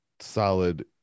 solid